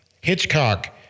Hitchcock